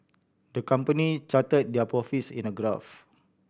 the company charted their profits in a graph